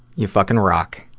you fuckin' rock.